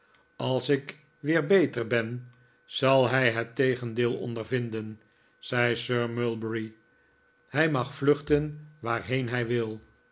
als ik weer beter ben zal hij het tegendeel ondervinden zei sir mulberry hij mag vluchten waarheen hij wil